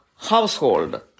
household